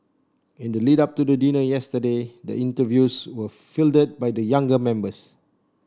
in the lead up to the dinner yesterday the interviews were fielded by the younger members